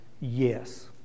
yes